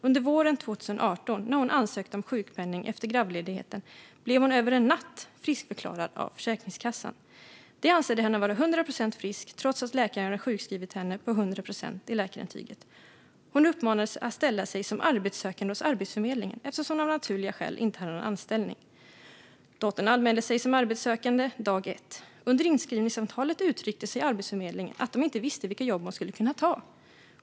Under våren 2018, när hon ansökte om sjukpenning efter graviditetsledigheten, blev hon över en natt friskförklarad av Försäkringskassan. De ansåg henne vara 100 procent frisk trots att läkaren hade sjukskrivit henne på 100 procent i läkarintyget. Hon uppmanades att ställa sig som arbetssökande hos Arbetsförmedlingen eftersom hon av naturliga skäl inte hade någon anställning. Dottern anmälde sig som arbetssökande dag ett. Under inskrivningssamtalet uttryckte Arbetsförmedlingen att de inte visste vilket jobb hon skulle kunna ta.